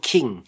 King